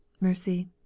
Mercy